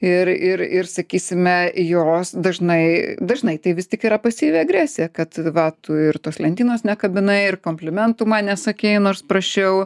ir ir ir sakysime jos dažnai dažnai tai vis tik yra pasyvi agresija kad va tu ir tos lentynos nekabinai ir komplimentų man nesakei nors prašiau